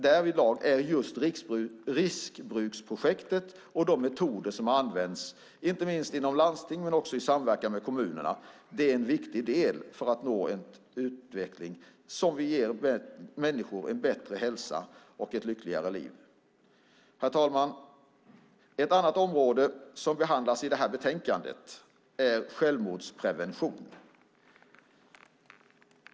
Därvidlag är just riskbruksprojektet och de metoder som har använts inte minst inom landsting men också i samverkan med kommunerna en viktig del för att nå en utveckling som ger människor bättre hälsa och ett lyckligare liv. Herr talman! Ett annat område som behandlas i betänkandet är självmordsprevention.